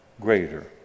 greater